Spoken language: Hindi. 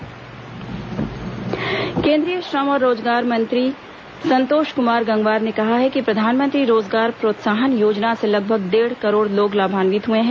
केंद्रीय श्रम मंत्री केंद्रीय श्रम और रोजगार मंत्री संतोष कुमार गंगवार ने कहा है कि प्रधानमंत्री रोजगार प्रोत्साहन योजना से लगभग डेढ़ करोड़ लोग लाभान्वित हुए हैं